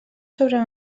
sobre